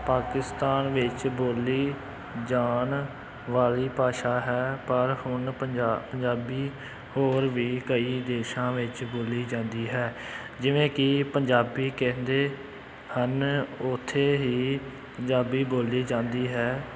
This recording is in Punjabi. ਪਾਕਿਸਤਾਨ ਵਿੱਚ ਬੋਲੀ ਜਾਣ ਵਾਲੀ ਭਾਸ਼ਾ ਹੈ ਪਰ ਹੁਣ ਪੰਜਾ ਪੰਜਾਬੀ ਹੋਰ ਵੀ ਕਈ ਦੇਸ਼ਾਂ ਵਿੱਚ ਬੋਲੀ ਜਾਂਦੀ ਹੈ ਜਿਵੇਂ ਕਿ ਪੰਜਾਬੀ ਕਹਿੰਦੇ ਹਨ ਉੱਥੇ ਹੀ ਪੰਜਾਬੀ ਬੋਲੀ ਜਾਂਦੀ ਹੈ